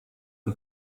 for